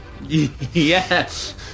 yes